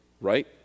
right